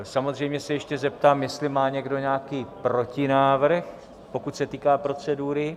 Samozřejmě se ještě zeptám, jestli má někdo nějaký protinávrh, pokud se týká procedury?